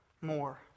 more